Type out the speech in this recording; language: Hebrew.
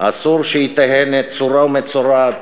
אסור שהיא תהא נצורה ומצורעת